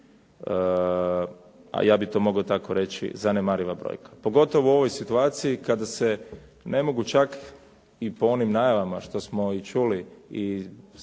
a ja bih to mogao tako reći, zanemariva brojka, pogotovo u ovoj situaciji kada se ne mogu čak ni po onim najavama što smo ih čuli i